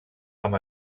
amb